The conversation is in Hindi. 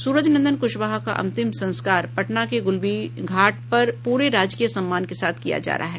सूरज नंदन क्शवाहा का अंतिम संस्कार पटना के गूलबीघाट पर पूरे राजकीय सम्मान के साथ किया जा रहा है